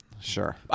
Sure